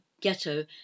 ghetto